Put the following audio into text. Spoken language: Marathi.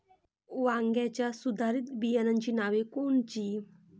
वांग्याच्या सुधारित बियाणांची नावे कोनची?